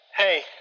Hey